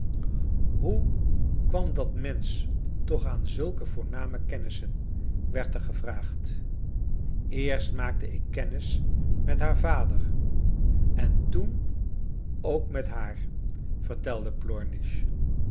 hoe kwam dat mensch toch aan zulke voorname kennissen werd er gevraagd eerst maakte ik kennis met haar vader en toen ook met haar vertelde